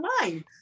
mind